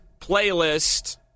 playlist